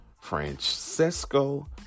Francesco